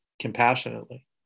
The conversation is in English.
compassionately